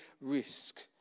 risk